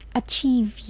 achieve